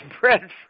breadfruit